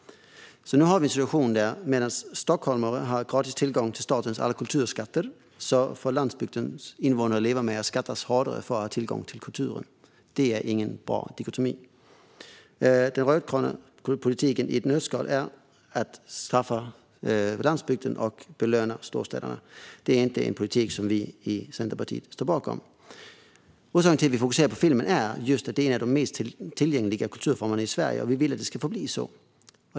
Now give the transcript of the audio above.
Nu har vi situationen att medan Stockholm har gratis tillgång till statens alla kulturskatter får landsbygdens invånare leva med att skattas hårdare för att ha tillgång till kulturen. Det är ingen bra dikotomi. Den rödgröna politiken är i ett nötskal att straffa landsbygden och belöna storstäderna. Det är inte en politik som vi i Centerpartiet står bakom. Den tydliga fokuseringen på filmen är just för att den tillhör de mest tillgängliga kulturformerna i Sverige, och vi vill att det ska förbli så.